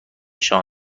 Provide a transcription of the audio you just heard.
جای